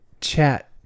chat